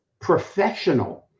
professional